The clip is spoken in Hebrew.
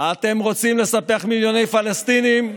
אתם רוצים לספח מיליוני פלסטינים,